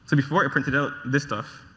so before i printed out this stuff.